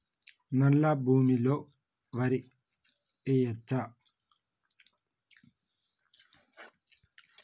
నల్లా భూమి లో వరి వేయచ్చా?